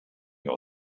your